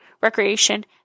Recreation